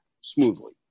smoothly